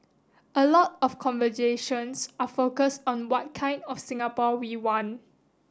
a lot of conversations are focused on what kind of Singapore we want